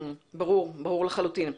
ברור לחלוטין.